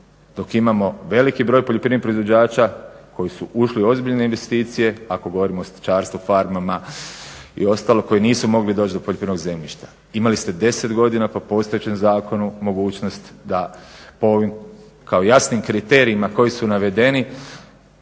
dok imamo veliki broj poljoprivrednih proizvođača koji su ušli u ozbiljne investicije ako govorimo o stočarstvu, farmama i ostalo, koji nisu mogli doći do poljoprivrednog zemljišta. Imali ste 10 godina po postojećem zakonu mogućnost da po ovim kao jasnim kriterijima koji su navedeni